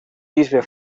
bisbe